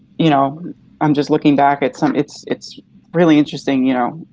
you know i'm just looking back at some it's it's really interesting you know,